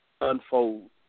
unfold